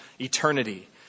eternity